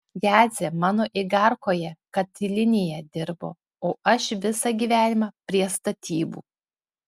jadzė mano igarkoje katilinėje dirbo o aš visą gyvenimą prie statybų